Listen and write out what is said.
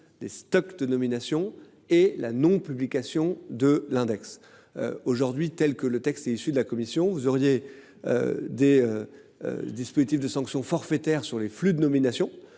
des stocks de nomination et la non-. Publication de l'index. Aujourd'hui, tels que le texte est issu de la commission vous auriez. Des. Dispositifs de sanctions forfaitaire sur les flux de nomination